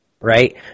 right